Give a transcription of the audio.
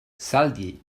zaldi